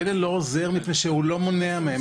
כלא לא עוזר מפני שהוא לא מונע מהם.